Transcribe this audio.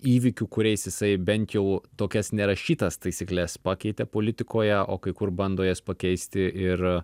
įvykių kuriais jisai bent jau tokias nerašytas taisykles pakeitė politikoje o kai kur bando jas pakeisti ir